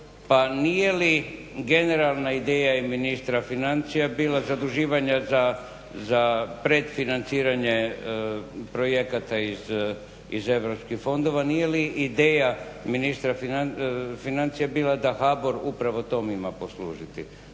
pa nije li generalna ideja i ministra financija bila zaduživanja za predfinanciranje projekata iz EU fondova, nije li ideja ministra financija bila da HBOR upravo tome ima poslužiti